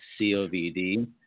COVD